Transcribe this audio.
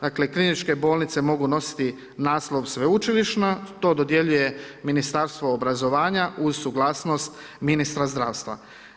Dakle, kliničke bolnice mogu ostati naslov sveučilišna, to dodjeljuje ministarstvo obrazovanja uz suglasnost ministra zdravstva.